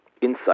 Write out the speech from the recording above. insight